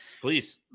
Please